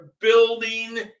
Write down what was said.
building